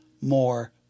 more